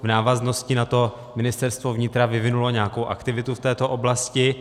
V návaznosti na to Ministerstvo vnitra vyvinulo nějakou aktivitu v této oblasti.